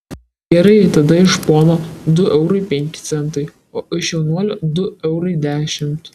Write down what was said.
gerai tada iš pono du eurai penki centai o iš jaunuolio du eurai dešimt